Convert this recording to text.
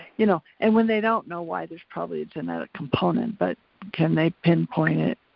you know and when they don't know why, there's probably a genetic component, but can they pinpoint it?